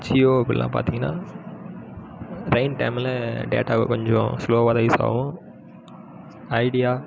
ஜியோ அப்படில்லாம் பார்த்தீங்கனா ரைன் டைமில் டேட்டாவை கொஞ்சம் ஸ்லோவாக தான் யூஸ் ஆகும் ஐடியா